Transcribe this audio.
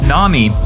Nami